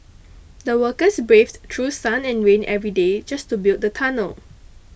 the workers braved through sun and rain every day just to build the tunnel